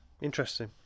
Interesting